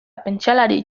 pentsalari